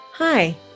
Hi